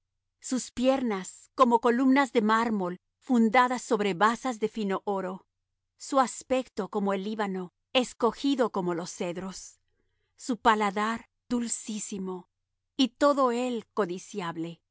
sus piernas como columnas de mármol fundadas sobre basas de fino oro su aspecto como el líbano escogido como los cedros su paladar dulcísimo y todo él codiciable